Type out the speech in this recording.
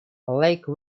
lake